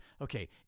okay